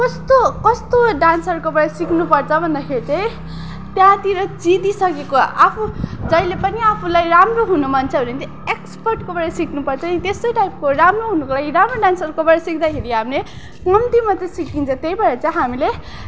कस्तो कस्तो डान्सरकोबाट सिक्नुपर्छ भन्दाखेरि चाहिँ त्यहाँतिर जितिसकेको आफू जहिले पनि आफूलाई राम्रो हुनु मन छ भने चाहिँ एक्सपर्टकोबाट सिक्नुपर्छ नि त्यस्तै टाइपको राम्रो हुनुको लागि राम्रो डान्सरकोबाट सिक्दाखेरि हामीले कम्ती मात्रै सिकिन्छ त्यही भएर चाहिँ हामीले